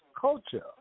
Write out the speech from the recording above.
culture